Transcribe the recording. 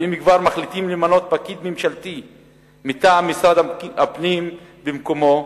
ואם כבר מחליטים למנות פקיד ממשלתי מטעם משרד הפנים במקומו,